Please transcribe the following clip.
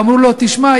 ואמרו לו: תשמע,